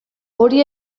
hori